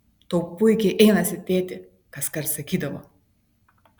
tau puikiai einasi tėti kaskart sakydavo